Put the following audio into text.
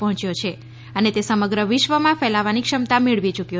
પહોંચ્યો છે અને તે સમગ્ર વિશ્વમાં ફેલાવવાની ક્ષમતા મેળવી ચૂક્યો છે